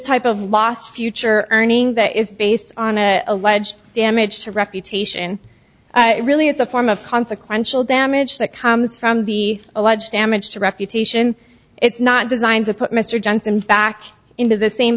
type of loss future earnings that is based on a alleged damage to reputation really it's a form of consequential damage that comes from the alleged damage to reputation it's not designed to put mr johnson back into the same